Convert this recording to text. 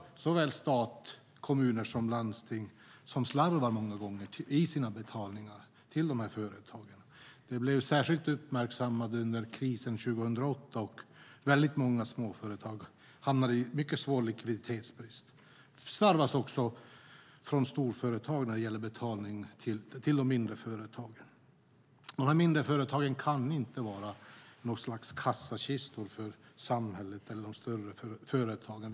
Såväl stat som kommuner och landsting slarvar många gånger med sina betalningar till de här företagen. Det blev särskilt uppmärksammat under krisen 2008. Väldigt många småföretagare hamnade i mycket svår likviditetsbrist. Det slarvas också från storföretag när det gäller betalning till de mindre företagen. De mindre företagen kan inte vara något slags kassakistor för samhället eller för de större företagen.